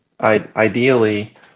ideally